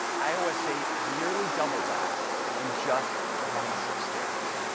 ios eight has nearly doubled that in just twenty six days.